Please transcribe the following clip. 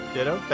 Ditto